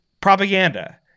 propaganda